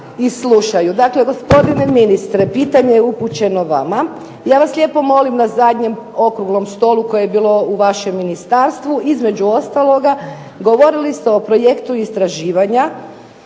i slušaju. Dakle, gospodine ministre pitanje upućeno vama. Ja vas lijepo molim na zadnjem okruglom stolu koje je bilo u vašem ministarstvu, između ostaloga, govorili ste o projektu istraživanja